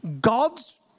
God's